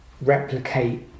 replicate